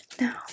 now